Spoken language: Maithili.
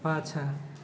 पाछाँ